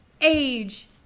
age